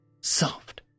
soft